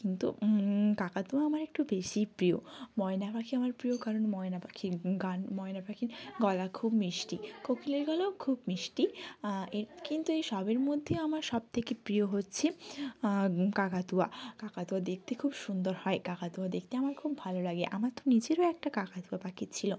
কিন্তু কাকাতুয়া আমার একটু বেশিই প্রিয় ময়না পাখি আমার প্রিয় কারণ ময়না পাখি গান ময়না পাখির গলা খুব মিষ্টি কোকিলের গলাও খুব মিষ্টি এর কিন্তু এইসবের মধ্যে আমার সবথেকে প্রিয় হচ্ছে কাকাতুয়া কাকাতুয়া দেখতে খুব সুন্দর হয় কাকাতুয়া দেখতে আমার খুব ভালো লাগে আমার তো নিজেরও একটা কাকাতুয়া পাখি ছিলো